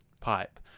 pipe